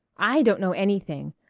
i don't know anything.